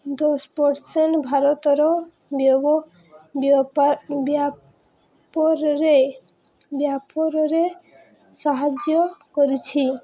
ଦଶ ପର୍ର୍ସେଣ୍ଟ୍ ଭାରତର ବ୍ୟାପାରରେ ସାହାଯ୍ୟ କରୁଛି